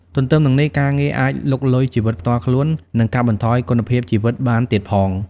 ទទ្ទឹមនឹងនេះ ការងារអាចលុកលុយជីវិតផ្ទាល់ខ្លួន និងកាត់បន្ថយគុណភាពជីវិតបានទៀតផង។